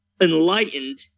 enlightened